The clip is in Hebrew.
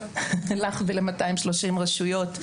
לך ול-230 רשויות,